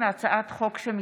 מטעם הכנסת: הצעת חוק הכשרות